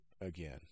again